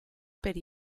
per